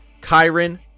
Kyron